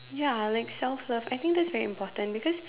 ya like self love I think that's very important because